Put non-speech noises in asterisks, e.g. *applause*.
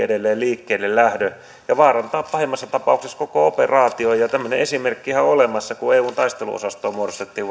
*unintelligible* edelleen liikkeellelähdön ja vaarantaa pahimmassa tapauksessa koko operaation ja tämmöinen esimerkkihän on olemassa vuodelta kaksituhattaneljätoista kun eun taisteluosastoa muodostettiin *unintelligible*